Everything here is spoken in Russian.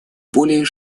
более